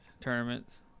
tournaments